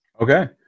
Okay